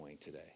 today